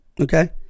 okay